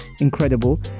incredible